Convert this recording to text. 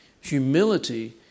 humility